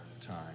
time